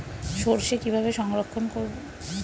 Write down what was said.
সরষে কিভাবে সংরক্ষণ করব?